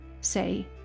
say